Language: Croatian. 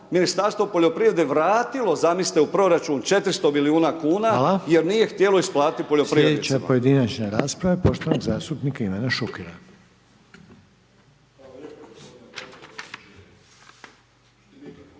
Ministarstvo poljoprivrede vratilo, zamislite u proračun, 400 milijuna kuna jer nije htjelo isplatiti poljoprivrednicima. **Reiner, Željko (HDZ)** Hvala. Sljedeća pojedinačna rasprava je poštovanog zastupnika Ivana Šukera.